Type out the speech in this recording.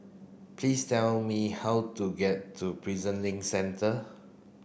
please tell me how to get to Prison Link Centre